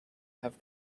have